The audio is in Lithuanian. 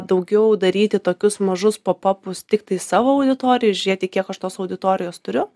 daugiau daryti tokius mažus popapus tiktai savo auditorijai ir žiūrėti kiek aš tos auditorijos turiu